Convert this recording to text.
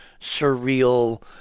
surreal